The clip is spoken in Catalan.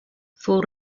fou